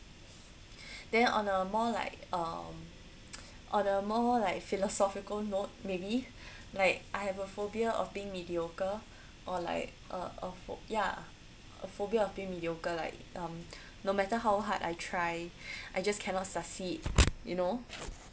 then on a more like um on a more like philosophical note maybe like I have a phobia of being mediocre or like uh of ya a phobia of being mediocre like um no matter how hard I try I just cannot succeed you know